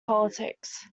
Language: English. politics